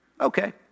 Okay